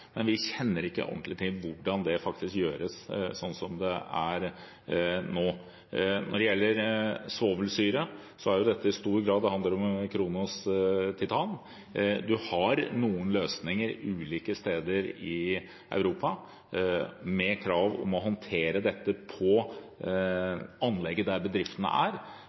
men vi kjenner ikke ordentlig til hvordan det faktisk gjøres, slik det er nå. Når det gjelder svovelsyre, handler det i stor grad om Kronos Titan. Man har noen løsninger ulike steder i Europa, med krav om å håndtere dette på anlegget der bedriftene er.